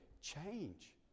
change